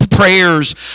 Prayers